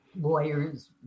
lawyers